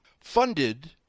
funded